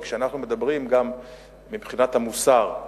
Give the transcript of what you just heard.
כי כשאנחנו מדברים גם מבחינת המוסר,